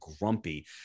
grumpy